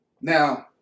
Now